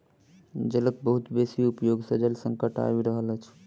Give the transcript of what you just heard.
जलक बहुत बेसी उपयोग सॅ जल संकट आइब रहल अछि